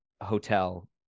hotel